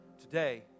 Today